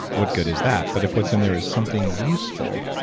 what good is that? but if what's in there is something useful.